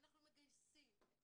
אנחנו מגייסים את